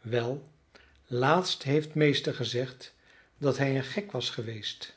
wel laatst heeft meester gezegd dat hij een gek was geweest